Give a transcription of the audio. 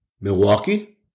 Milwaukee